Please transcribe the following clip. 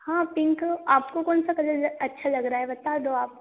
हाँ पिंक आपको कौन सा कलर अच्छा लग रहा है बता दो आप